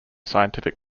scientific